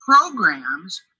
programs